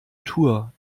tour